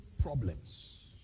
problems